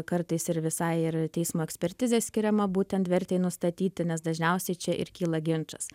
kartais ir visai ir teismo ekspertizė skiriama būtent vertei nustatyti nes dažniausiai čia ir kyla ginčas